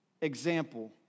example